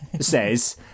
says